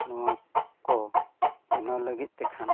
ᱱᱚᱣᱟ ᱠᱚ ᱵᱮᱱᱟᱣ ᱞᱟᱹᱜᱤᱫ ᱛᱮᱠᱷᱟᱱ